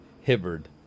Hibbard